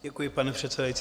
Děkuji, paní předsedající.